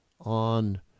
on